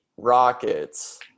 Rockets